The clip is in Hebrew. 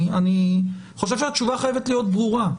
אני חושב שהתשובה חייבת להיות ברורה.